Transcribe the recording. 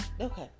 Okay